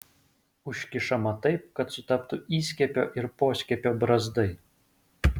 užkišama taip kad sutaptų įskiepio ir poskiepio brazdai